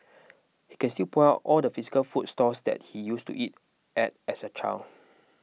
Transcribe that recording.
he can still point all the physical food stalls that he used to eat at as a child